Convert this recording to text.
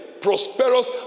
prosperous